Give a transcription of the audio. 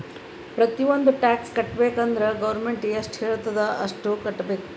ಪ್ರತಿ ಒಂದ್ ಟ್ಯಾಕ್ಸ್ ಕಟ್ಟಬೇಕ್ ಅಂದುರ್ ಗೌರ್ಮೆಂಟ್ ಎಷ್ಟ ಹೆಳ್ತುದ್ ಅಷ್ಟು ಕಟ್ಟಬೇಕ್